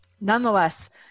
Nonetheless